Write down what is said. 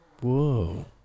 Whoa